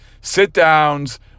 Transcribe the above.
Sit-downs